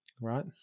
right